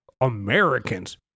Americans